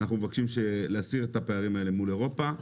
אנחנו מבקשים להסיר את הפערים האלה מול אירופה.